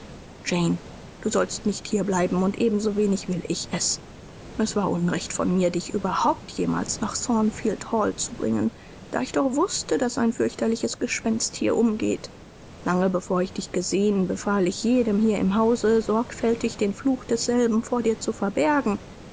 du sollst nicht hierbleiben und ebenso wenig will ich es es war unrecht von mir dich überhaupt jemals nach thornfield hall zu bringen da ich doch wußte daß ein fürchterliches gespenst hier umgeht lange bevor ich dich gesehen befahl ich jedem hier im hause sorgfältig den fluch desselben vor dir zu verbergen